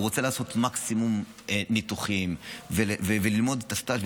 הוא רוצה לעשות מקסימום ניתוחים וללמוד את הסטאז'